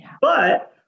But-